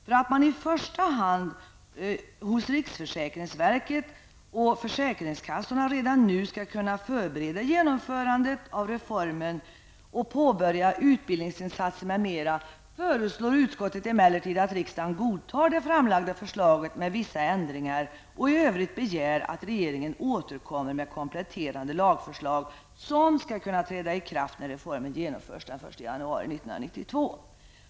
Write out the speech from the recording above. För att man i första hand hos riksförsäkringsverket och försäkringskassorna redan nu skall kunna förbereda genomförandet av reformen och påbörja utbildningsinsatser m.m. föreslår utskottet emellertid att riksdagen godtar det framlagda förslaget med vissa ändringar och i övrigt begär att regeringen återkommer med kompletterande lagförslag som skall kunna träda i kraft när reformen genomförs den 1 januari 1992.''